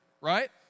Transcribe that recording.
right